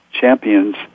champions